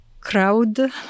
crowd